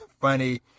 funny